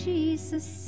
Jesus